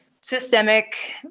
systemic